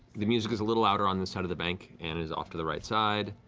the music is a little louder on this side of the bank and is off to the right side.